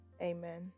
Amen